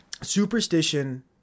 superstition